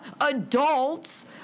adults